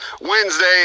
Wednesday